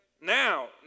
Now